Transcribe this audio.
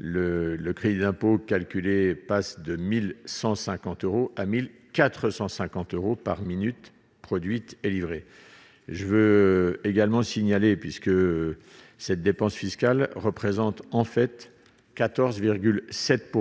le crédit d'impôt calculé passe 2150 euros à 1000 400 50 euros par minute produites et livrées je veux également signalé puisque cette dépense fiscale représente en fait 14 7